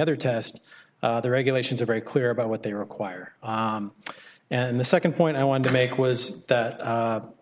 other test the regulations are very clear about what they require and the second point i wanted to make was that the